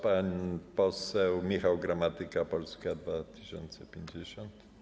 Pan poseł Michał Gramatyka, Polska 2050.